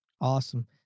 Awesome